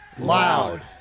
Loud